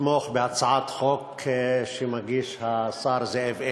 לתמוך בהצעת חוק שמגיש השר זאב אלקין.